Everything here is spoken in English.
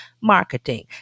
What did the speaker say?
marketing